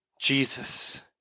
Jesus